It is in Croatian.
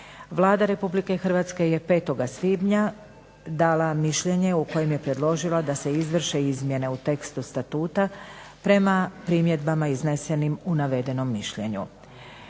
Vlada Republike Hrvatske je 5. svibnja dala mišljenje u kojem je predložila da se izvrše izmjene u tekstu Statuta prema primjedbama iznesenim u navedenom mišljenju.